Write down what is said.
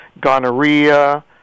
gonorrhea